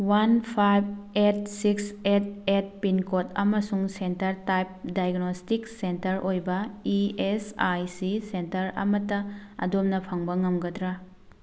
one five eight six eight eight pin code ꯑꯃꯁꯨꯡ centre type diagnostics centre ꯑꯣꯏꯕ E S I C centre ꯑꯃꯇ ꯑꯗꯣꯝꯅ ꯐꯪꯕ ꯉꯝꯒꯗ꯭ꯔꯥ